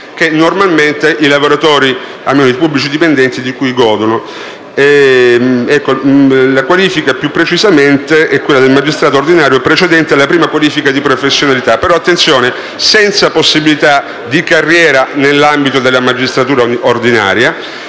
cui normalmente i lavoratori - almeno i pubblici dipendenti - godono. La qualifica, più precisamente, è quella di magistrato ordinario precedente alla prima qualifica di professionalità, però, attenzione, senza possibilità di carriera nell'ambito della magistratura ordinaria.